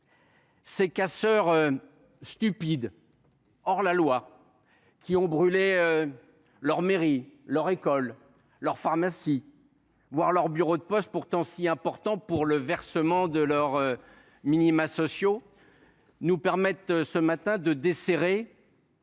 Ces casseurs stupides, hors la loi, qui ont brûlé leur mairie, leur école, leur pharmacie, voire leur bureau de poste, pourtant si important pour le versement de leurs minima sociaux, nous permettent ce matin de desserrer